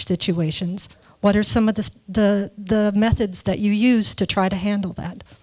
situation what are some of the the methods that you use to try to handle that